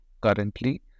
currently